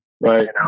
Right